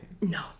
No